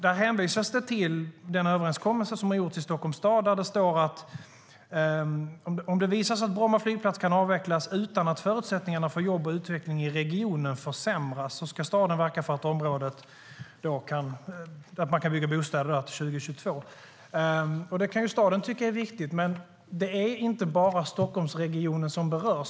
Där hänvisas det till den överenskommelse som har gjorts i Stockholms stad, där det står att om det visar sig att Bromma flygplats kan avvecklas utan att förutsättningarna för jobb och utveckling i regionen försämras ska staden verka för att man kan bygga bostäder i området till år 2022.Det kan staden tycka är viktigt. Men det är inte bara Stockholmsregionen som berörs.